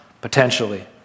potentially